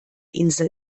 insel